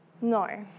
No